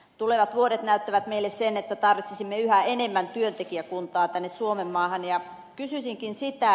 tulevat vuodet näyttävät meille sen että tarvitsisimme yhä enemmän työntekijäkuntaa tänne suomenmaahan